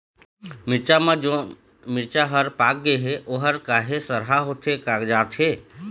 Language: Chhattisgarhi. मिरचा म जोन मिरचा हर पाक गे हे ओहर काहे सरहा होथे कागजात हे?